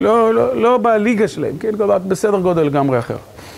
לא, לא בליגה שלהם, כן. כלומר בסדר גודל גמרי אחר.